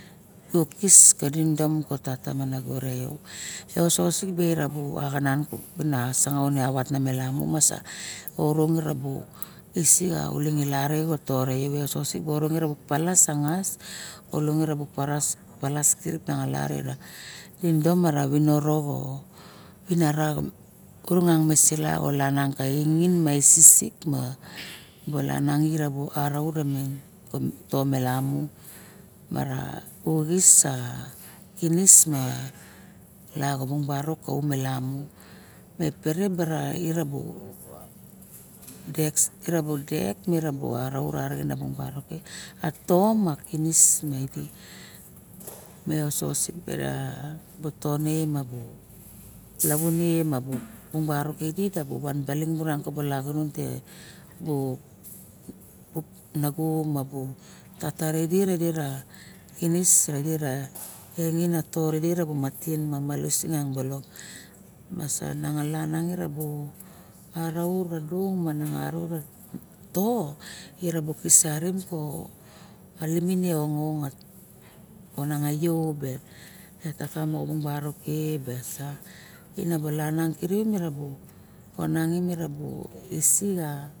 Dibu kis ka domon ma kaken ka tata me nago uso xosuk per abu axanan kana sangaun ma lamu masa orong erabo kisi lari ka tone idi tosik palasa ngas olung era palas kirip tinidom ma ra viniro mo vinira kurungang mi olang mi ning mi sik ma bolana gnin mo araut mo tomelamu mara uxis a kinis ma la xabung barok kaum e lamu me pere bara erabu dek saxit e araut mo toma kinis maidi me osoxosikbara bu tone idi lamun e bung barok ke idi kabung baling ka lagunon te bu nago me tato re idi ra kinis me ra engenina ra tore idi malamus balok ma sana ngalap miang araut mana ngara miang to saring a limingi ya ka to ononga yo metaka ine kilip onangi